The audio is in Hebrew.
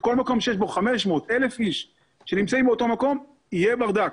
בכל מקום שיש בו 500 1,000 איש שנמצאים באותו מקום יהיה ברדק.